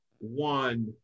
one